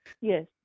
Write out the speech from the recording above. Yes